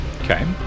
Okay